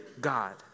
God